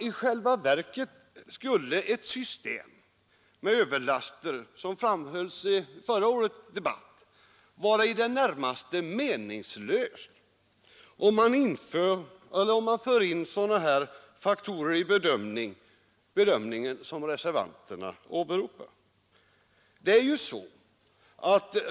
I själva verket skulle ett system med överlastavgifter, som framhölls i förra årets debatt, vara i det närmaste meningslöst om man för in sådana här faktorer i bedömningen som reservanterna åberopar.